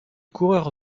coureur